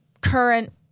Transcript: current